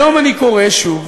היום אני קורא שוב